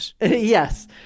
Yes